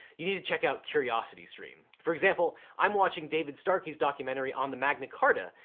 you need to check out curiositystream. for example, i'm watching david starkey's documentary on the magna carta,